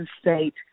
state